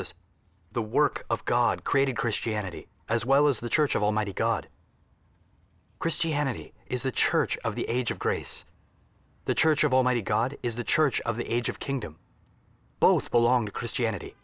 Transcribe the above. us the work of god created christianity as well as the church of almighty god christianity is the church of the age of grace the church of almighty god is the church of the age of kingdom both belong to christianity